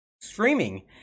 streaming